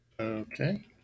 Okay